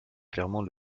clairement